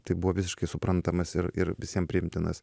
tai buvo visiškai suprantamas ir ir visiem priimtinas